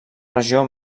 regió